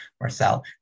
Marcel